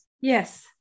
Yes